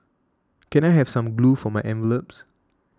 can I have some glue for my envelopes